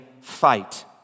fight